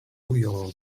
ujął